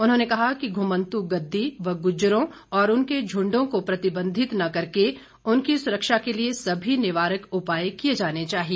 उन्होंने कहा कि घुमंतु गद्दी व गुज्जरों और उनके झुंडों को प्रतिबंधित न करके उनकी सुरक्षा के लिए सभी निवारक उपाय किए जाने चाहिए